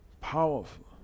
Powerful